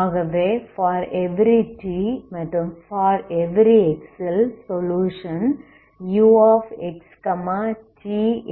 ஆகவே ∀t மற்றும் ∀x ல் சொலுயுஷன் uxt